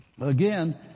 again